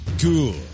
cool